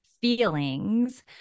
feelings